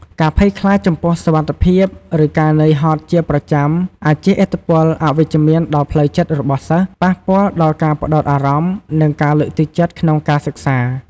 ការភ័យខ្លាចចំពោះសុវត្ថិភាព ឬការនឿយហត់ជាប្រចាំអាចជះឥទ្ធិពលអវិជ្ជមានដល់ផ្លូវចិត្តរបស់សិស្ស ប៉ះពាល់ដល់ការផ្តោតអារម្មណ៍ និងការលើកទឹកចិត្តក្នុងការសិក្សា។